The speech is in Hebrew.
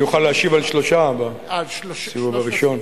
אני אוכל להשיב על שלושה בסיבוב הראשון.